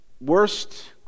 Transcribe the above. worst